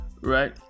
right